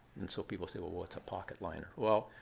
and so people say, well, what's a pocket liner? well,